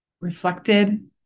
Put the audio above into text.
reflected